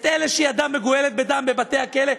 את אלה שידם מגואלת בדם בבתי-הכלא,